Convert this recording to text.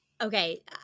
Okay